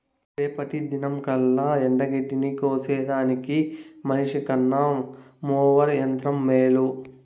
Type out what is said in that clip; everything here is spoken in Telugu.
రేపటి దినంకల్లా ఎండగడ్డిని కోసేదానికి మనిసికన్న మోవెర్ యంత్రం మేలు